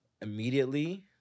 Immediately